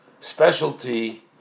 specialty